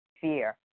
fear